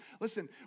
Listen